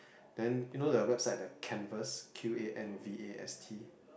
then you know the website the Qanvast Q A N V A S T